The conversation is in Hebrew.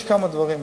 יש כמה דברים,